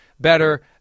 better